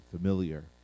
familiar